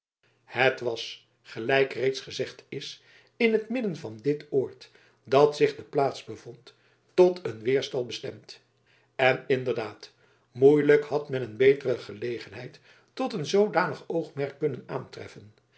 het was gelijk reeds gezegd is in t midden van dit oord dat zich de plaats bevond tot den weerstal bestemd en inderdaad moeilijk had men een betere gelegenheid tot een zoodanig oogmerk kunnen aantreffen